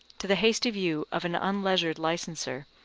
to the hasty view of an unleisured licenser,